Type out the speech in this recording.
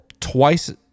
twice